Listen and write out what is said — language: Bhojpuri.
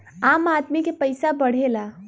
आम आदमी के पइसा बढ़ेला